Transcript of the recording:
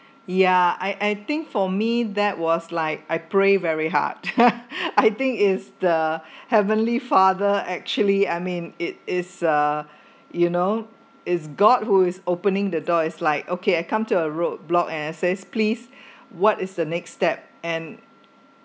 ya I I think for me that was like I pray very hard I think is the heavenly father actually I mean it is uh you know it's god who is opening the door is like okay I come to a roadblock and I say please what is the next step and